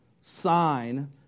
sign